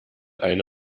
eine